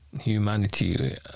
humanity